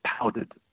powdered